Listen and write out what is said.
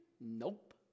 Nope